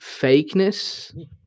fakeness